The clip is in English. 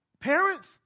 Parents